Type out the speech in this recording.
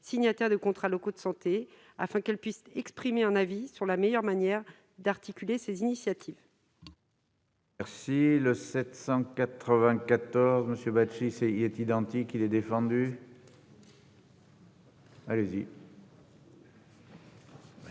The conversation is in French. signataires de contrats locaux de santé, afin qu'ils puissent exprimer un avis sur la meilleure manière d'articuler ces initiatives.